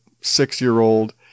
six-year-old